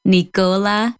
Nicola